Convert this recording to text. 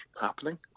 happening